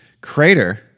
Crater